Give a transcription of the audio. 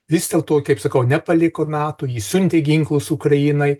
vis dėl to kaip sakau nepaliko nato jis siuntė ginklus ukrainai